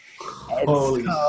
Holy